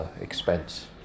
expense